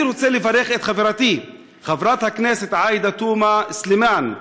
אני רוצה לברך את חברתי חברת הכנסת עאידה תומא סלימאן,